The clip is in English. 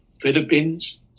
Philippines